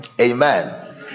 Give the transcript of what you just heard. Amen